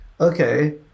Okay